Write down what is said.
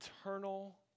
eternal